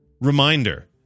Reminder